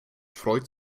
freut